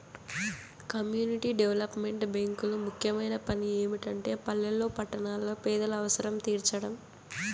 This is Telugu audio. కమ్యూనిటీ డెవలప్మెంట్ బ్యేంకులు ముఖ్యమైన పని ఏమిటంటే పల్లెల్లో పట్టణాల్లో పేదల అవసరం తీర్చడం